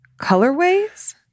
colorways